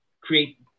create